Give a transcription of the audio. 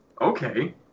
okay